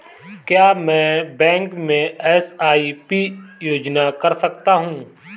क्या मैं बैंक में एस.आई.पी योजना कर सकता हूँ?